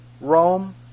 Rome